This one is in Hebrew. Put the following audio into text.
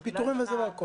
עם פיטורים והכול.